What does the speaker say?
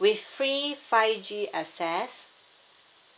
with free five G access